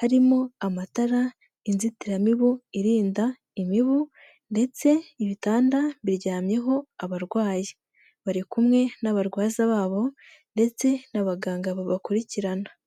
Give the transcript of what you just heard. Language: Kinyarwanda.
harimo amatara, inzitiramibu irinda imibu, ndetse n’ ibitanda biryamyeho abarwayi bari kumwe n'abarwaza babo ndetse n'abaganga babakurikirana.